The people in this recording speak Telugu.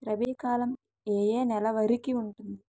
రబీ కాలం ఏ ఏ నెల వరికి ఉంటుంది?